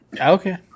okay